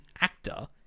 actor